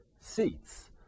seats